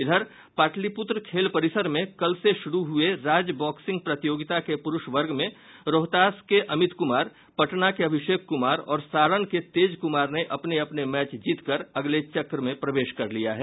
इधर पाटलिपुत्र खेल परिसर में कल से शुरू हुये राज्य बॉक्सिंग प्रतियोगिता के पुरूष वर्ग में रोहतास के अमित कुमार पटना के अभिषेक कुमार और सारण के तेज कुमार ने अपने अपने मैच जीत कर अगले चक्र में प्रवेश कर लिया है